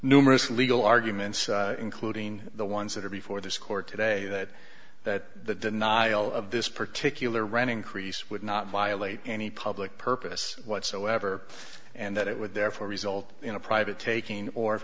numerous legal arguments including the ones that are before this court today that that the denial of this particular running crease would not violate any public purpose whatsoever and that it would therefore result in a private taking or if